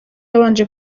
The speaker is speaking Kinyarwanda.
yabanje